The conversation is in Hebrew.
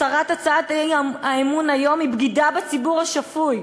הסרת הצעת האי-אמון היום היא בגידה בציבור השפוי,